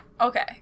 Okay